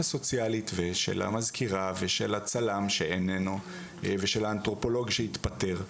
הסוציאלית ושל המזכירה ושל הצלם שאיננו ושל האנתרופולוג שהתפטר.